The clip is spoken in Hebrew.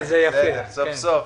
כן, סוף סוף.